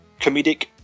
comedic